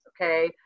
okay